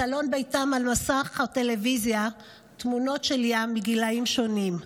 על מסך הטלוויזיה בסלון ביתם תמונות של ים מגילים שונים.